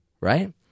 right